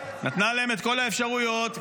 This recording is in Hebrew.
נתנה להם את האפשרויות,